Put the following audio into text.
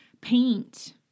Paint